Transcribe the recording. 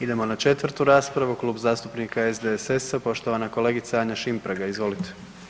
Idemo na četvrtu raspravu, Klub zastupnika SDSS-a, poštovana kolegica Anja Šimpraga, izvolite.